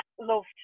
loved